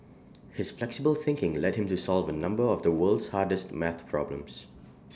his flexible thinking led him to solve A number of the world's hardest math problems